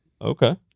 okay